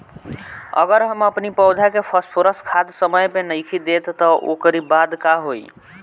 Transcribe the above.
अगर हम अपनी पौधा के फास्फोरस खाद समय पे नइखी देत तअ ओकरी बाद का होई